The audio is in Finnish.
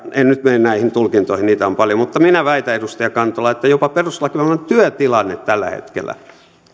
en nyt mene näihin tulkintoihin niitä on paljon mutta minä väitän edustaja kantola että jopa perustuslakivaliokunnan työtilanne tällä hetkellä